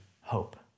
hope